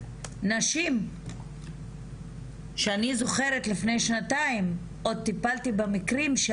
נשים שאני זוכרת לפני שנתיים עוד טיפלתי במקרים של